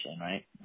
Right